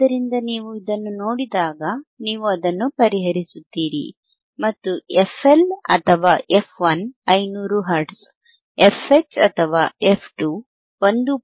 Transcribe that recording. ಆದ್ದರಿಂದ ನೀವು ಇದನ್ನು ನೋಡಿದಾಗ ನೀವು ಅದನ್ನು ಪರಿಹರಿಸುತ್ತೀರಿ ಮತ್ತು fL ಅಥವಾ f1 500 ಹರ್ಟ್ಜ್ fH ಅಥವಾ f 2 1